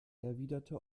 erwiderte